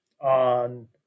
on